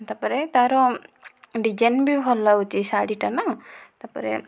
ତା'ପରେ ତା'ର ଡିଜାଇନ ବି ଭଲ ଲାଗୁଛି ଶାଢ଼ୀଟା ନା ତା'ପରେ